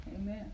Amen